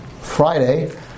Friday